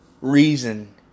reason